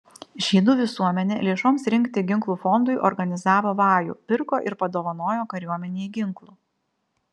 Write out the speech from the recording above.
žydų visuomenė lėšoms rinkti ginklų fondui organizavo vajų pirko ir padovanojo kariuomenei ginklų